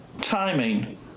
timing